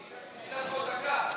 אני ביקשתי שייתן לך עוד דקה.